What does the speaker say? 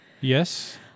Yes